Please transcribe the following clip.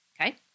okay